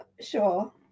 Sure